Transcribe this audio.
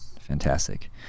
Fantastic